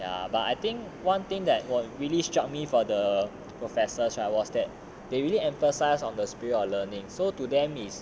ya but I think one thing that was really struck me for the professor right was that they really emphasise on the spirit of learning so to them is